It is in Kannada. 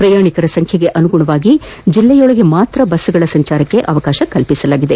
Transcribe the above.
ಪ್ರಯಾಣಿಕರ ಸಂಖ್ಲೆಗೆ ಅನುಗುಣವಾಗಿ ಜಿಲ್ಲೆಯೊಳಗೆ ಮಾತ್ರ ಬಸ್ಗಳ ಸಂಚಾರಕ್ಕೆ ಅವಕಾಶ ಕಲ್ಪಿಸಲಾಗಿದೆ